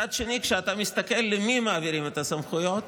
מצד שני, כשאתה מסתכל למי מעבירים את הסמכויות,